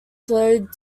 slowed